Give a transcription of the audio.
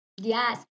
Yes